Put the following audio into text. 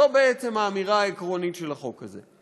זו בעצם האמירה העקרונית של החוק הזה.